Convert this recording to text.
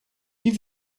wie